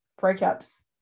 breakups